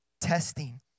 testing